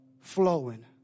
flowing